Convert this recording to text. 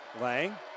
Lang